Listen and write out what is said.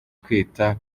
kwita